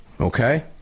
Okay